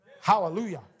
Hallelujah